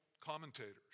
commentators